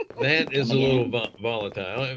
that is a little but volatiles.